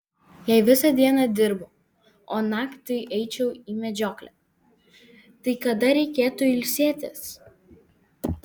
jei visą dieną dirbu o naktį eičiau į medžioklę tai kada reikėtų ilsėtis